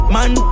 Man